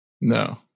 No